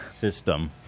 system